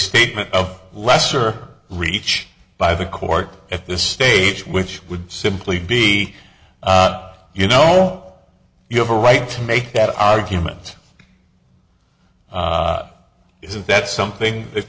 statement of lesser reach by the court at this stage which would simply be you know you have a right to make that argument isn't that something that